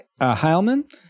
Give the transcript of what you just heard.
Heilman